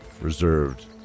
reserved